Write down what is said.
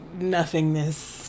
nothingness